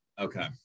Okay